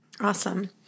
Awesome